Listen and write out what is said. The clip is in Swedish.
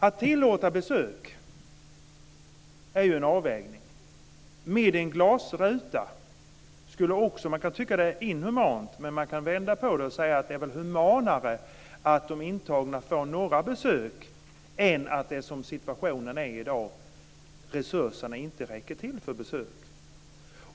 Att tillåta besök är ju en avvägning. Att ha en glasruta kan tyckas inhumant, men man kan vända på det: Det är väl humanare att de intagna får några besök än att situationen är som i dag, nämligen att resurserna inte räcker till för besök.